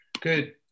Good